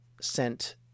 sent